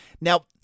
Now